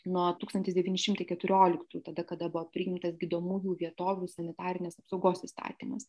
nuo tūkstantis devyni šimtai keturioliktų tada kada buvo priimtas gydomųjų vietovių sanitarinės apsaugos įstatymas